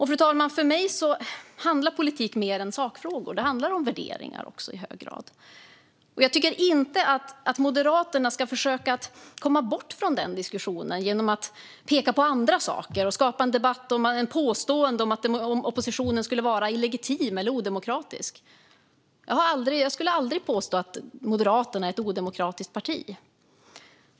Fru talman! För mig handlar politik om mer än sakfrågor. Det handlar också om värderingar i hög grad. Jag tycker inte att Moderaterna ska försöka komma bort från den diskussionen genom att peka på andra saker och skapa en debatt om påståenden om att oppositionen skulle vara illegitim eller odemokratisk. Jag skulle aldrig påstå att Moderaterna är ett odemokratiskt parti.